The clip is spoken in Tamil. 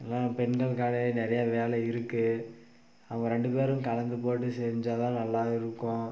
எல்லா பெண்களுக்காக நிறைய வேலை இருக்கு அவங்க ரெண்டு பேரும் கலந்துப்போட்டு செஞ்சால் தான் நல்லா இருக்கும்